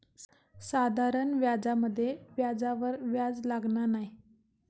साधारण व्याजामध्ये व्याजावर व्याज लागना नाय